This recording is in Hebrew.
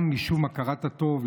גם משום הכרת הטוב,